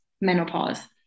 menopause